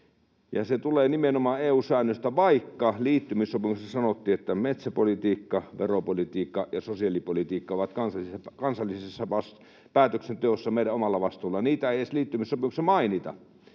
Se tulee nimenomaan EU-sääntelystä, vaikka liittymissopimuksessa sanottiin, että metsäpolitiikka, veropolitiikka ja sosiaalipolitiikka ovat kansallisessa päätöksenteossa, meidän omalla vastuullamme. Niitä ei liittymissopimuksessa edes mainita